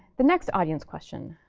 the next audience question,